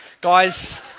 Guys